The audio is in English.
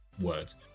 words